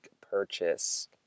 purchase